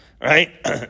right